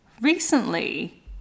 recently